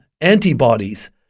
antibodies